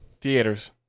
Theaters